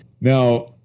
Now